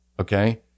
Okay